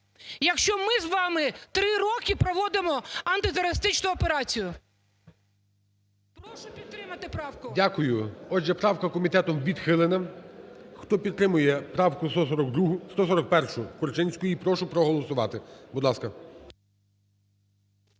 якщо ми з вами три роки проводимо антитерористичну операцію? Прошу підтримати правку. ГОЛОВУЮЧИЙ. Дякую. Отже, правка комітетом відхилена. Хто підтримує правку 142-у… 141-у Корчинської, прошу проголосувати. Будь ласка.